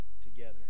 together